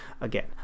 again